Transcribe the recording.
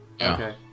Okay